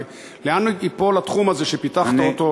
לאן ייפול התחום הזה שפיתחת אותו,